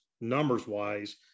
numbers-wise